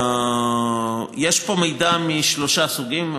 יש פה מידע משלושה סוגים,